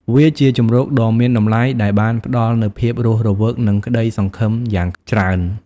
វាជាជម្រកដ៏មានតម្លៃដែលបានផ្តល់នូវភាពរស់រវើកនិងក្ដីសង្ឃឹមយ៉ាងច្រើន។